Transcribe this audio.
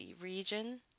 region